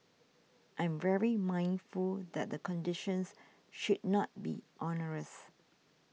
I am very mindful that the conditions should not be onerous